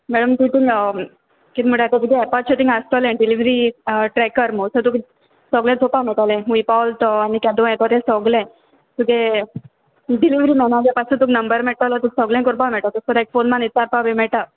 madam तुक कित म्हुटाय तो तुगे एपाचे तींग आसतोलें डिलिव्हरी ट्रॅकर मूं सो तुक सोगलें चोवपा मेळटोलें खूंय पावोल तो आनी केदों येतो तें सोगलें तुगे डिलीव्हरी मॅनागे पासून तुका नंबर मेळटलो तुक सोगलें कोरपा मेळटोलें सो लायक फोन मान विचारपा बी मेळटा